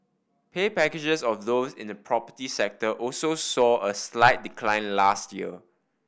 pay packages of those in the property sector also saw a slight decline last year